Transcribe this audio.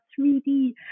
3D